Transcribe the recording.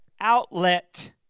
outlet